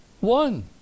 one